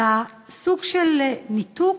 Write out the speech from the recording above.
אלא סוג של ניתוק,